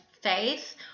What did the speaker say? faith